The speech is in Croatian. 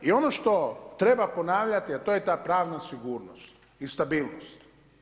I ono što treba ponavljati a to je ta pravna sigurnost i stabilnost.